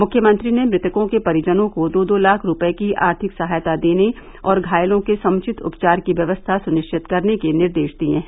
मुख्यमंत्री ने मृतकों के परिजनों को दो दो लाख रुपए की आर्थिक सहायता देने और घायलों के समुचित उपचार की व्यवस्था सुनिश्चित करने के निर्देश दिए हैं